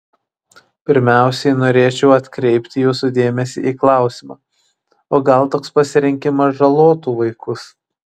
pirmiausiai norėčiau atkreipti jūsų dėmesį į klausimą o gal toks pasirinkimas žalotų vaikus